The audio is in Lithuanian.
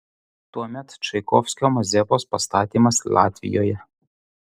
tuomet čaikovskio mazepos pastatymas latvijoje